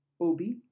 obi